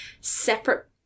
separate